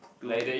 two